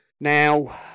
now